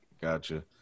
Gotcha